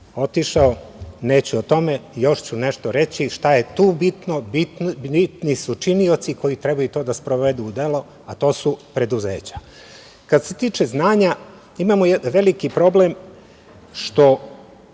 otišao, neću o tome. Još ću nešto reći šta je tu bitno. Bitni su činioci koji trebaju to da sprovedu u delo, a to su preduzeća. Kad se tiče znanja imamo veliki problem što